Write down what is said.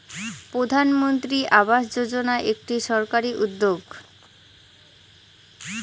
প্রধানমন্ত্রী আবাস যোজনা একটি সরকারি উদ্যোগ